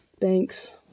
thanks